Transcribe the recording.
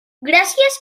gràcies